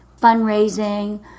fundraising